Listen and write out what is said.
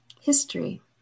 History